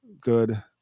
good